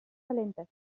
calentes